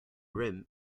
rim